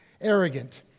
arrogant